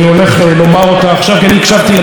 כי אני תמיד מקשיב קשב רב,